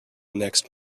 next